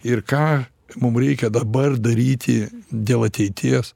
ir ką mum reikia dabar daryti dėl ateities